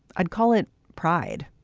i'd call it pride